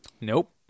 Nope